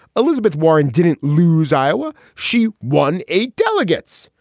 elizabeth warren didn't lose iowa. she won eight delegates.